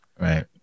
Right